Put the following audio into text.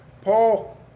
Paul